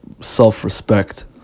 self-respect